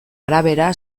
arabera